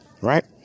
Right